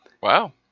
Wow